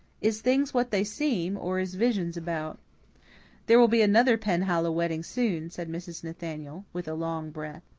is things what they seem, or is visions about there will be another penhallow wedding soon, said mrs. nathaniel, with a long breath.